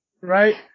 Right